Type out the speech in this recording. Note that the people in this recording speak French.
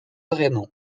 raymond